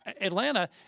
Atlanta